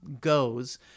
goes